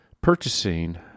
purchasing